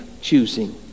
choosing